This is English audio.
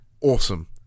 awesome